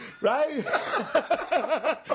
Right